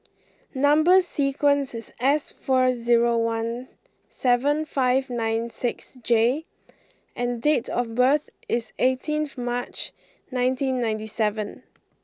number sequence is S four zero one seven five nine six J and date of birth is eighteenth March nineteen ninety seven